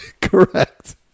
correct